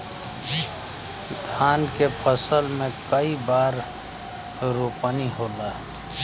धान के फसल मे कई बार रोपनी होला?